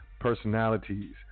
personalities